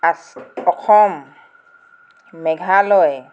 ফাচ অসম মেঘালয়